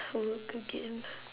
work again